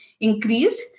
increased